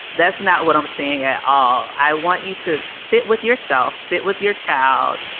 that's not what i'm saying at all. i want you to sit with yourself, sit with your child,